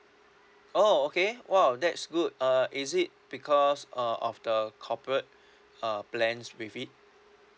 oh okay !wow! that's good uh is it because uh of the corporate uh plans with it